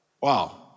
wow